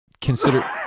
consider